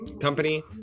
company